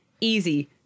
Easy